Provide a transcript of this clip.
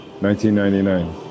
1999